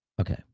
Okay